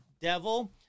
Devil